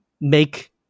make